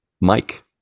Mike